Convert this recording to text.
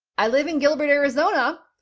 i live in gilbert, arizona,